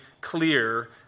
clear